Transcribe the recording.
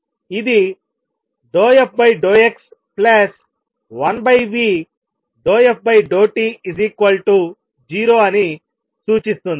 ఇది ∂f∂x1v∂f∂t0అని సూచిస్తుంది